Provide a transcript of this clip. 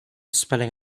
spelling